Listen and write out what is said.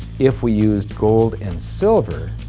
if we used gold and silver,